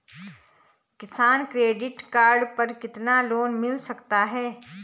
किसान credit card पर कितना लोंन मिल सकता है?